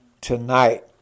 Tonight